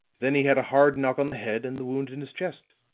then he had a hard knock on the head, and the wound in his chest.